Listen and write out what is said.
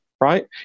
right